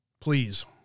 Please